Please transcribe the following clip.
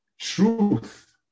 truth